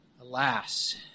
Alas